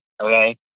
okay